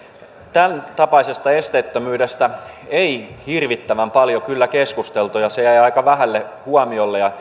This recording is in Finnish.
tämäntapaisesta esteettömyydestä ei hirvittävän paljon kyllä keskusteltu ja se jäi aika vähälle huomiolle